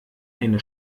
eine